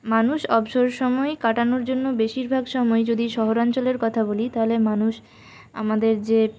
মানুষ অবসর সময় কাটানোর জন্য বেশিরভাগ সময়ে যদি শহরাঞ্চলের কথা বলি তাহলে মানুষ আমাদের যে